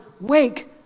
wake